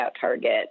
target